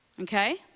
okay